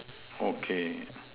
okay